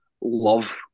love